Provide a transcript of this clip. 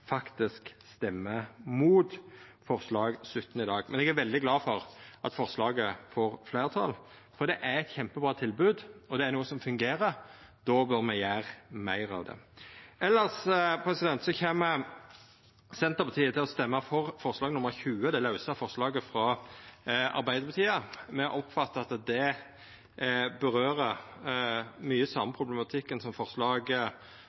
faktisk røystar mot forslag XVII i dag. Men eg er veldig glad for at forslaget får fleirtal, for det er eit kjempebra tilbod, og det er noko som fungerer. Då bør me gjera meir av det. Elles kjem Senterpartiet til å røysta for forslag nr. 20, det lause forslaget frå Arbeidarpartiet. Me har oppfatta at det gjeld mykje av den same problematikken som